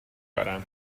دارم